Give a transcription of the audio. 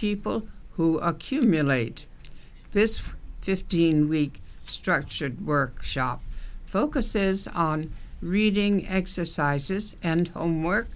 people who accumulate this for fifteen week structured workshop focuses on reading exercises and homework